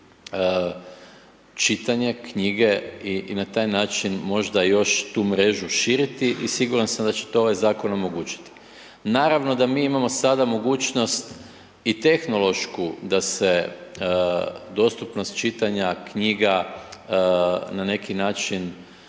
čitanje knjige i na taj način možda još tu mrežu širiti i siguran sam da će to ovaj zakon omogućiti. Naravno da mi imamo sada mogućnost i tehnološku da se dostupnost čitanja knjiga na neki način